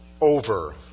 Over